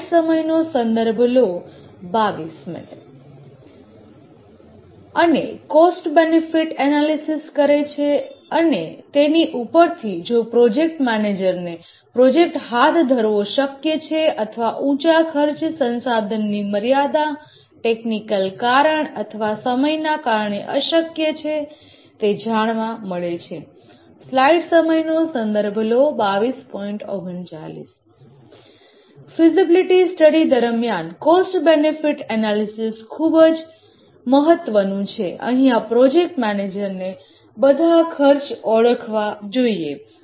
અને cost benefit analysis કરે છે અને તેની ઉપરથી જો પ્રોજેક્ટ મેનેજરને પ્રોજેક્ટ હાથ ધરવો શક્ય છે અથવા ઊંચી કોસ્ટ રિસોર્સની મર્યાદા ટેકનિકલ કારણ અથવા સમયના કારણે અશક્ય છે તે જાણવા મળે છે ફિઝિબિલિટી સ્ટડી દરમિયાન કોસ્ટ બેનીફીટ એનાલિસિસ ખૂબ જ મહત્વનું છે અહીંયા પ્રોજેક્ટ મેનેજરને બધી કોસ્ટ ઓળખવી જોઈએ